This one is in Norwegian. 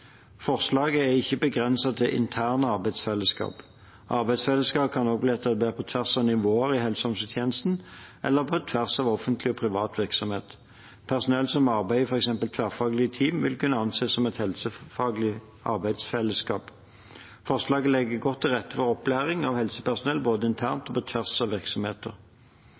Forslaget er ikke begrenset til interne arbeidsfellesskap. Arbeidsfellesskap kan også bli etablert på tvers av nivåer i helse- og omsorgstjenesten eller på tvers av offentlig og privat virksomhet. Personell som arbeider f.eks. i tverrfaglige team, vil kunne anses som et helsefaglig arbeidsfellesskap. Forslaget legger godt til rette for opplæring av helsepersonell både internt og på tvers av virksomheter.